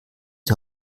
die